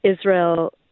Israel